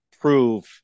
prove